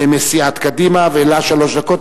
מסיעת קדימה, ולה שלוש דקות.